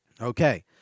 Okay